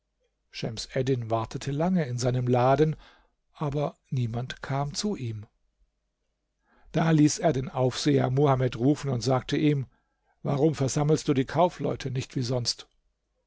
schems eddin wartete lange in seinem laden aber niemand kam zu ihm da ließ er den aufseher muhamed rufen und sagte ihm warum versammelst du die kaufleute nicht wie sonst